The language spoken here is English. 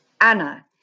Anna